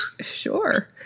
Sure